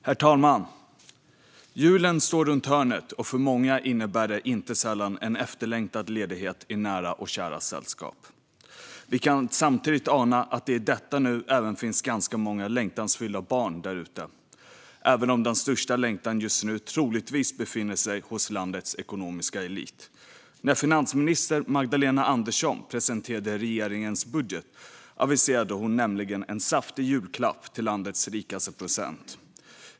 Herr talman! Julen står runt hörnet, och för många innebär det inte sällan en efterlängtad ledighet i nära och käras sällskap. Vi kan samtidigt ana att det i detta nu även finns ganska många längtansfyllda barn där ute, även om den största längtan just nu troligtvis finns hos landets ekonomiska elit. När finansminister Magdalena Andersson presenterade regeringens budget aviserade hon nämligen en saftig julklapp till landets rikaste procent.